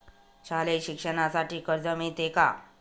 शालेय शिक्षणासाठी कर्ज मिळते का?